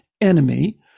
enemy